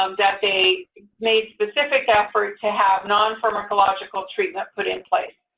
um that they made specific effort to have non-pharmacological treatment put in place.